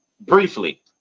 briefly